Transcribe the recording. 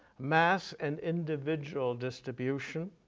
mass and individual distribution,